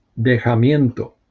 dejamiento